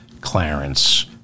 Clarence